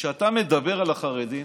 כשאתה מדבר על החרדים,